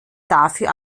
dafür